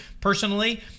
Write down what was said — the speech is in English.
Personally